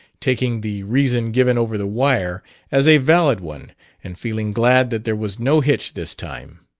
taking the reason given over the wire as a valid one and feeling glad that there was no hitch this time.